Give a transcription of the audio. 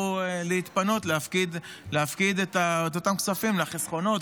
להתפנות להפקיד את אותם כספים לחסכונות,